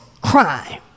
crime